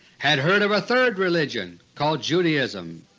had heard of a third religion called judaism.